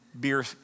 beer